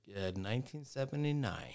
1979